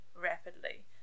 rapidly